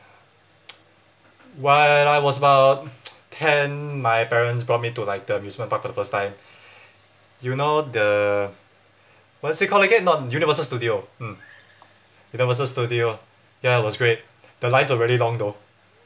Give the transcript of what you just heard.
while I was about ten my parents brought me to like the amusement park for the first time you know the what is it called again not universal studio mm universal studio ya it was great the lines were really long though